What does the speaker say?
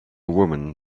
woman